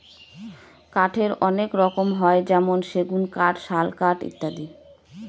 কাঠের অনেক রকম হয় যেমন সেগুন কাঠ, শাল কাঠ ইত্যাদি